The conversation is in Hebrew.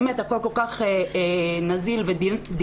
באמת הכול כל כך נזיל ודינמי,